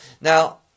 Now